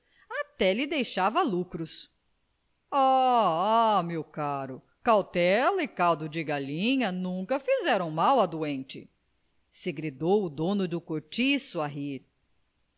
lhe deixaria lucros ah ah meu caro cautela e caldo de galinha nunca fizeram mal a doente segredou o dono do cortiço a rir